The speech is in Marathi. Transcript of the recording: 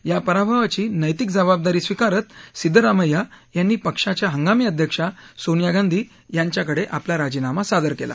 या पराभवाची नैतिक जबाबदारी स्वीकारत सिद्धरामय्या यांनी पक्षाच्या हंगामी अध्यक्षा सोनिया गांधी यांच्यांकडे राजीनामा सादर केला